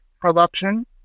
production